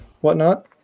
whatnot